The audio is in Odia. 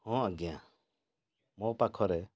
ହଁ ଆଜ୍ଞା ମୋ ପାଖରେ